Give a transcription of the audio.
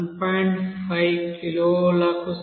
5 కిలోలకు సమానం